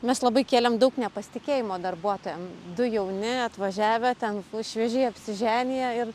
mes labai kėlėm daug nepasitikėjimo darbuotojam du jauni atvažiavę ten fu šviežiai apsiženiję ir